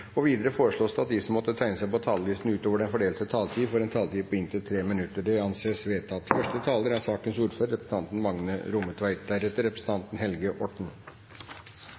regjeringen. Videre foreslås det at de som måtte tegne seg på talerlisten utover den fordelte taletid, får en taletid på inntil 3 minutter. – Det anses vedtatt. Dagen i dag er